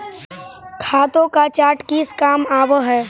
खातों का चार्ट किस काम आवअ हई